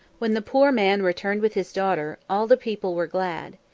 when the poor man returned with his daughter, all the people were glad.